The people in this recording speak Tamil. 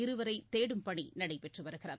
இருவரை தேடும் பணி நடைபெற்று வருகிறது